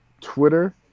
Twitter